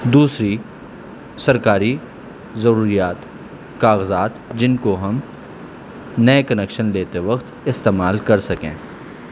دوسری سرکاری ضروریات کاغذات جن کو ہم نئے کنیکشن لیتے وقت استعمال کر سکیں